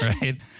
right